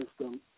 system